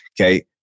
okay